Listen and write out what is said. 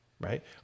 right